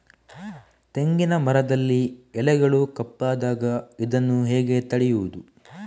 ತೆಂಗಿನ ಮರದಲ್ಲಿ ಎಲೆಗಳು ಕಪ್ಪಾದಾಗ ಇದನ್ನು ಹೇಗೆ ತಡೆಯುವುದು?